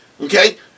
Okay